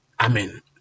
Amen